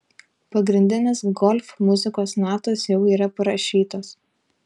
pagrindinės golf muzikos natos jau yra parašytos